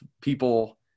people